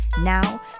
Now